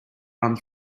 runs